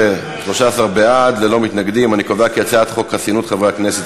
חוק חסינות חברי הכנסת,